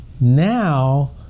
Now